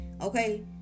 Okay